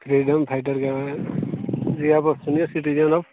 freedom फाइटरके बारेमे या सीनियर सिटिजन ऑफ